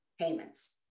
payments